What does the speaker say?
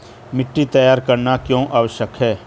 मिट्टी तैयार करना क्यों आवश्यक है?